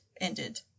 ended